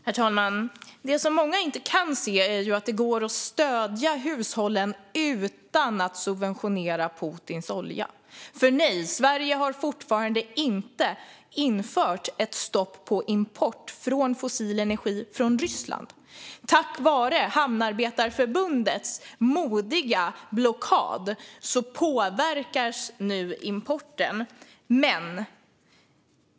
Herr talman! Det som många inte kan se är att det går att stödja hushållen utan att subventionera Putins olja. Nej, Sverige har ännu inte infört ett stopp för import av fossil energi från Ryssland. Tack vare Hamnarbetarförbundets modiga blockad påverkas dock nu importen.